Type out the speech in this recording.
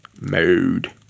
mode